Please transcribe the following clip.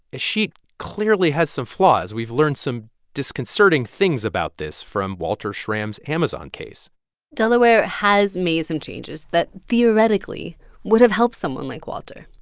escheat clearly has some flaws. we've learned some disconcerting things about this from walter schramm's amazon case delaware has made some changes that theoretically would have helped someone like walter.